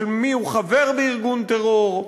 של מיהו חבר בארגון טרור.